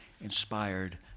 inspired